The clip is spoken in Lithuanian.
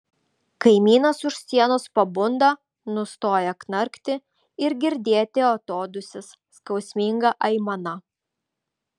kaimynas už sienos pabunda nustoja knarkti ir girdėti atodūsis skausminga aimana